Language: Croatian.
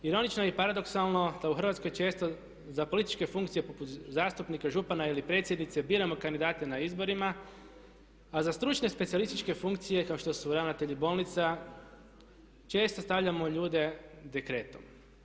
Ironično i paradoksalno da u Hrvatskoj često za političke funkcije poput zastupnika, župana ili predsjednice biramo kandidate na izborima, a za stručne, specijalističke funkcije kao što su ravnatelji bolnica često stavljamo ljude dekretom.